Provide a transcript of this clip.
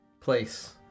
Place